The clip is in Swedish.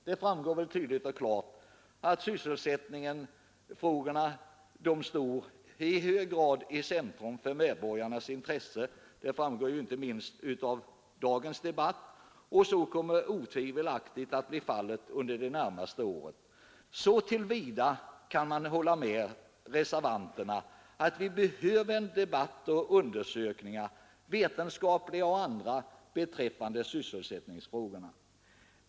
Det framgår tydligt och klart — inte minst av dagens debatt — att sysselsättningsfrågorna i hög grad står i centrum för medborgarnas intresse. Så kommer otvivelaktigt att bli fallet under det närmaste året, och så till vida kan man hålla med reservanterna om att vi behöver en debatt och att vi behöver vetenskapliga och andra undersökningar beträffande sysselsättningsfrågorna.